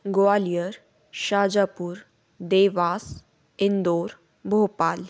Gwalior Shajapur Dewas Indore Bhopal